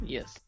Yes